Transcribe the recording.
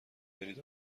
برید